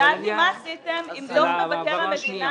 שאלתי מה עשיתם בעקבות דוח מבקר המדינה